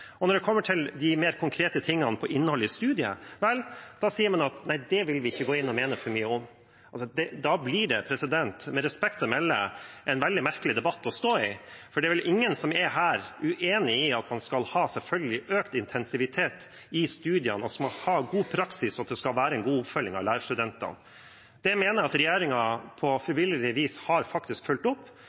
det konkrete innholdet i studiet, sier man at det vil man ikke gå inn og mene for mye om. Da blir det – med respekt å melde – en veldig merkelig debatt å stå i, for det er vel ingen her som er uenig i at man selvfølgelig skal ha økt intensitet i studiene, at man skal ha en god praksis, og at det skal være en god oppfølging av lærerstudentene. Det mener jeg at regjeringen på forbilledlig vis har fulgt opp.